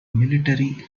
military